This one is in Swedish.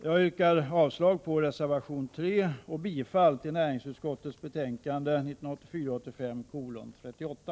Jag yrkar avslag på reservation 3 och bifall till näringsutskottets hemställan i betänkandet 1984/85:38.